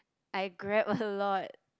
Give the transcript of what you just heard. I grab a lot